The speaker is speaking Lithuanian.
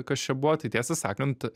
kas čia buvo tai tiesą sakant